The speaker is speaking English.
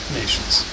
nations